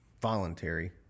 Voluntary